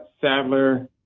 Sadler